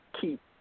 keep